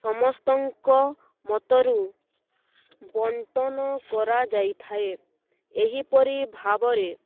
ସମସ୍ତଙ୍କ ମତରୁ ବଣ୍ଟନ କରାଯାଇ ଥାଏ ଏହିପରି ଭାବରେ